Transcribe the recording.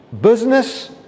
business